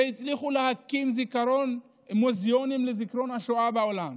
והצליחו להקים מוזיאונים לזיכרון השואה בעולם,